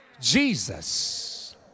Jesus